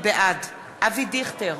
בעד אבי דיכטר,